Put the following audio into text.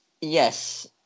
Yes